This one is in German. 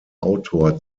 autor